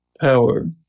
power